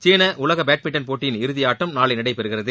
சீன உலக பேட்மிண்டன் போட்டியின் இறுதி ஆட்டம் நாளை நடைபெறுகிறது